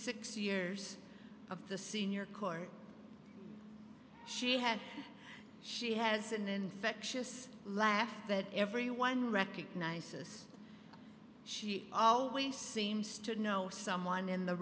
six years of the senior corps she had she has an infectious laugh that everyone recognizes she always seems to know someone in the